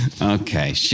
Okay